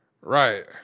right